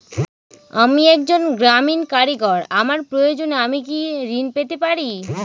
আমি একজন গ্রামীণ কারিগর আমার প্রয়োজনৃ আমি কি ঋণ পেতে পারি?